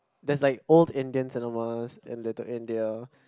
there's like old Indian cinemas in Little India